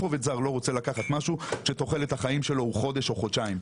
עובד זר לא רוצה לקחת משהו שתוחלת החיים שלו הוא חודש או חודשיים.